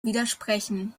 widersprechen